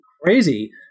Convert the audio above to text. crazy